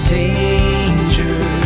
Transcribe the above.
danger